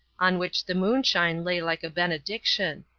on which the moonshine lay like a benediction.